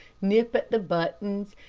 nip at the buttons,